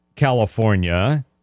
California